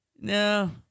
No